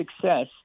success